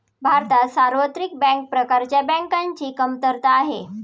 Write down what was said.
भारतात सार्वत्रिक बँक प्रकारच्या बँकांची कमतरता आहे